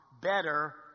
better